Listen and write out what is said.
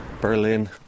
Berlin